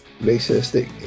racist